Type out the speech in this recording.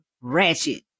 ratchet